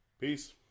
Peace